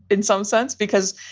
in some sense. because.